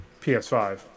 PS5